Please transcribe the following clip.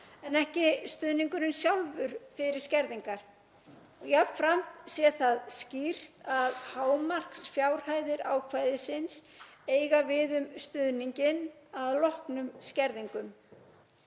en ekki stuðningurinn sjálfur fyrir skerðingar. Jafnframt sé það skýrt að hámarksfjárhæðir ákvæðisins eiga við um stuðninginn að loknum skerðingum.